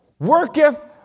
Worketh